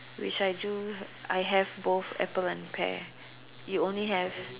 which I do I have both apple and a pear you only have